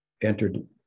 entered